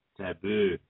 Taboo